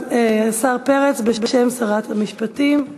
השר פרץ בשם שרת המשפטים.